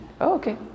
okay